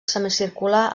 semicircular